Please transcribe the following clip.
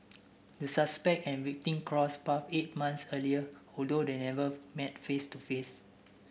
the suspect and victim crossed paths eight months earlier although they never met face to face